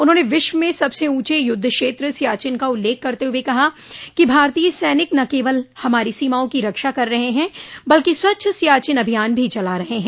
उन्होंने विश्व में सबस ऊंचे युद्ध क्षेत्र सियाचिन का उल्लेख करते हुए कहा कि भारतीय सैनिक न केवल हमारी सीमाओं की रक्षा कर रहे हैं बल्कि स्वच्छ सियाचिन अभियान भी चला रहे हैं